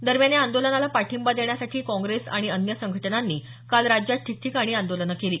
दरम्यान या आंदोलनाला पाठिंबा देण्यासाठी काँग्रेस आणि अन्य संघटनांनी काल राज्यात ठिकठिकाणी आंदोलनं केली